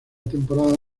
temporada